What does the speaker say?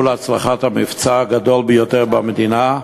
להצלחת המבצע הגדול ביותר במדינה,